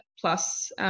plus